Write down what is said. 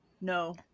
no